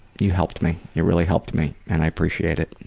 you helped me. you really helped me and i appreciate it.